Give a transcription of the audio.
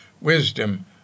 Wisdom